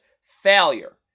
Failure